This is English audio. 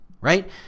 right